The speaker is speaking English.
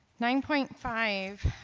nine point five